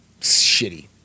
shitty